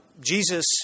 Jesus